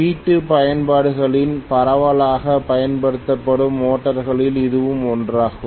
வீட்டு பயன்பாடுகளில் பரவலாகப் பயன்படுத்தப்படும் மோட்டர்களில் இதுவும் ஒன்றாகும்